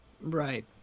Right